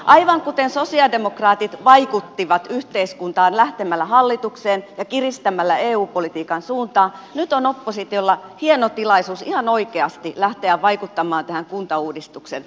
aivan kuten sosialidemokraatit vaikuttivat yhteiskuntaan lähtemällä hallitukseen ja kiristämällä eu politiikan suuntaa nyt on oppositiolla hieno tilaisuus ihan oikeasti lähteä vaikuttamaan tähän kuntauudistukseen